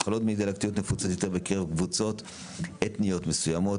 מחלות מעי דלקתיות נפוצות יותר בקרב קבוצות אתניות מסוימות,